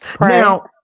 Now